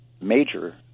major